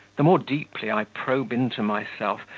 the more deeply i probe into myself,